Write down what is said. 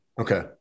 Okay